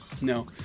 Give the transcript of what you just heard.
no